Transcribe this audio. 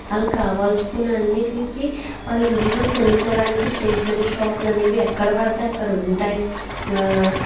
ఆలు కావాల్చుకున్న అన్నిట్లికి వాళ్ళు ఈజీగా కొనుక్కోవడానికి స్టేషనరీ షాప్లు అనేవి ఎక్కడ పడితే అక్కడ ఉంటాయి